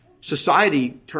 society